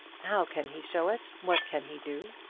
how can he show it? what can he do?